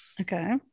okay